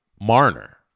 Marner